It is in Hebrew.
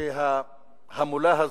שההמולה הזאת,